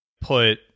put